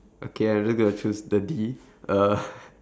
okay I'm just gonna choose the D uh